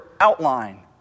outline